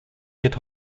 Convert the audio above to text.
wird